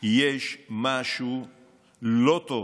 יש משהו לא טוב